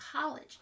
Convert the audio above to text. college